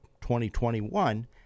2021